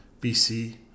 BC